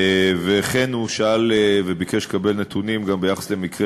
וכן הוא שאל וביקש לקבל נתונים ביחס למקרי